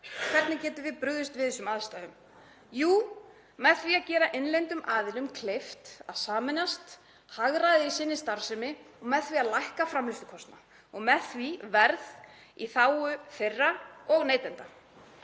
Hvernig getum við brugðist við þessum aðstæðum? Jú, með því að gera innlendum aðilum kleift að sameinast, hagræða í sinni starfsemi og með því að lækka framleiðslukostnað og um leið verð í þágu þeirra og neytenda.